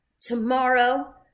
tomorrow